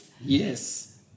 yes